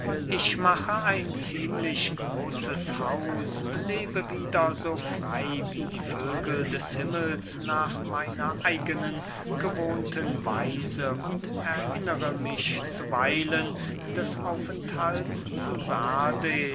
ich mache ein ziemlich großes haus lebe wieder so frey wie die vögel des himmels nach meiner eigenen gewohnten weise und erinnere mich zuweilen des aufenthalts zu sardes